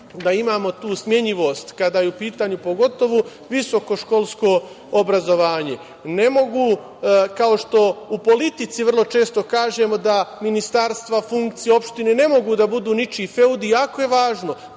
da imamo tu smenjivost kada je u pitanju pogotovo visokoškolsko obrazovanje. Ne mogu, kao što u politici vrlo često kažemo da ministarstva funkcije opštine ne mogu da budu ničiji feudi, jako je važno